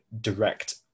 direct